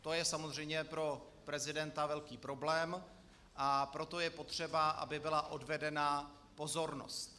To je samozřejmě pro prezidenta velký problém, a proto je potřeba, aby byla odvedena pozornost.